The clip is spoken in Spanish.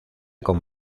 con